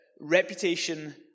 reputation